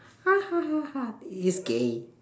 ha ha ha ha he is gay